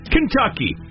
Kentucky